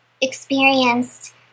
experienced